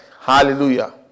Hallelujah